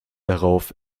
darauf